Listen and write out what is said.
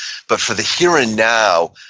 but for the here and now,